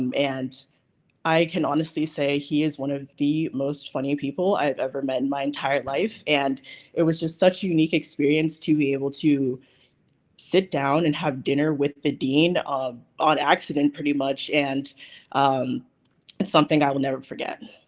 um and i can honestly say, he is one of the most funniest people i've ever met in my entire life. and it was just such unique experience to be able to sit down and have dinner with the dean, on accident pretty much and um and something i will never forget.